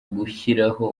gushyiraho